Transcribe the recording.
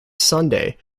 sunday